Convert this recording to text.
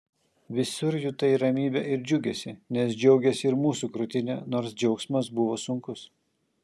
visur jutai ramybę ir džiugesį nes džiaugėsi ir mūsų krūtinė nors džiaugsmas buvo sunkus